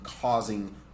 causing